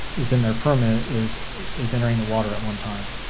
is in their permit is is entering the water at one time.